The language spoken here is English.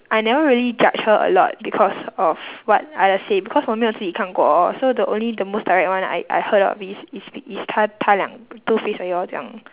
I never really judge her a lot because of what others say because 我没有自己看过哦 so the only the most direct one I I heard of is is be~ is 她她两 two faced